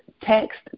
text